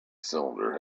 cylinder